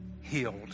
healed